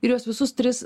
ir juos visus tris